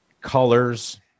colors